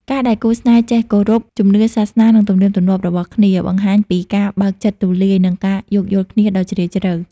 ការដែលគូស្នេហ៍ចេះ "គោរពជំនឿសាសនា និងទំនៀមទម្លាប់" របស់គ្នា បង្ហាញពីការបើកចិត្តទូលាយ និងការយោគយល់គ្នាដ៏ជ្រាលជ្រៅ។